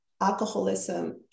alcoholism